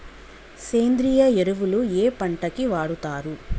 సేంద్రీయ ఎరువులు ఏ పంట కి వాడుతరు?